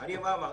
אני אומר לך.